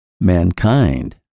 mankind